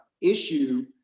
issue